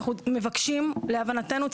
להבנתנו,